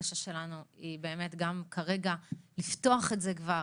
והבקשה שלנו היא כרגע לפתוח את זה כבר